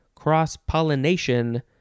cross-pollination